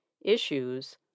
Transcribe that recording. Issues